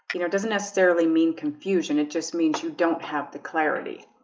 you know doesn't necessarily mean confusion. it just means you don't have the clarity